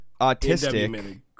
autistic